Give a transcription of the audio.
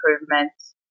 improvements